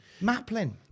Maplin